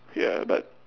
ya but